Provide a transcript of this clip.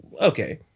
okay